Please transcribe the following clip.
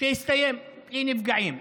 שהסתיימו בלי נפגעים.